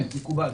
כן, מקובל.